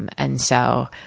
and and so,